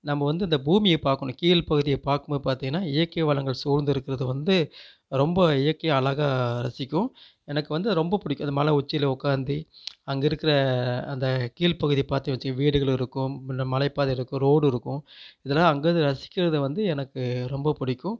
நம்ப வந்து இந்த பூமியை பார்க்குணும் கீழ் பகுதியை பார்க்கும்போது பார்த்திங்கனா இயற்க்கை வளங்கள் சூழ்ந்துருக்கிறது வந்து ரொம்ப இயற்கைய அழகாக ரசிக்கும் எனக்கு வந்து ரொம்ப பிடிக்கும் இந்த மலை உச்சியில் உக்காந்தி அங்கேருக்குற அந்த கீழ் பகுதியை பார்த்தனு வச்சிக வீடுகள்ருக்கும் மலை பாதை இருக்கும் ரோடு இருக்கும் இதெலாம் அங்கேருந்து ரசிக்கிறது வந்து எனக்கு ரொம்ப பிடிக்கும்